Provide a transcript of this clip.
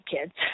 kids